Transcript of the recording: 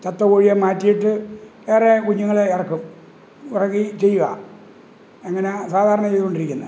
ചത്തകോഴിയെ മാറ്റിയിട്ട് വേറെ കുഞ്ഞുങ്ങളെ ഇറക്കും ഇറങ്ങി ചെയ്യുക അങ്ങനാ സാധാരണ ചെയ്തു കൊണ്ടിരിക്കുന്നത്